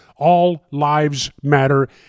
AllLivesMatter